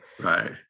right